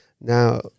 now